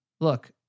Look